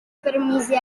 permise